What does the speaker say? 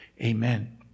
Amen